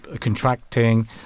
contracting